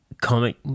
comic